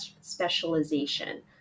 specialization